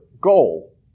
goal